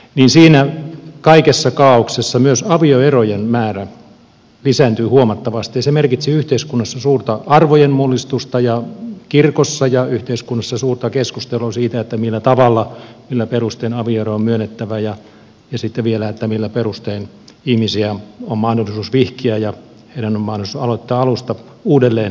siinä kaikessa kaaoksessa myös avioerojen määrä lisääntyi huomattavasti ja se merkitsi yhteiskunnassa suurta arvojen mullistusta ja kirkossa ja yhteiskunnassa suurta keskustelua siitä millä tavalla millä perustein avioero on myönnettävä ja sitten vielä siitä millä perustein ihmisiä on mahdollisuus vihkiä ja heidän on mahdollisuus aloittaa alusta uudelleen avioliitossa